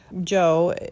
Joe